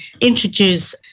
introduce